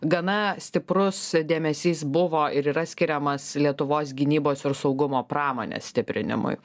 gana stiprus dėmesys buvo ir yra skiriamas lietuvos gynybos ir saugumo pramonės stiprinimui